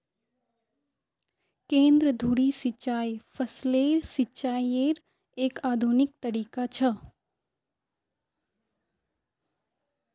केंद्र धुरी सिंचाई फसलेर सिंचाईयेर एक आधुनिक तरीका छ